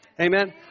Amen